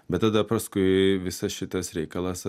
bet tada paskui visas šitas reikalas